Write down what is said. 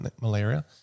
malaria